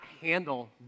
handle